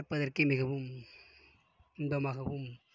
பார்ப்பதற்கே மிகவும் இன்பமாகவும்